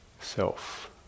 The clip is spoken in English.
self